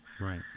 Right